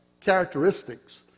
characteristics